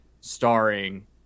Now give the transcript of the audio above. starring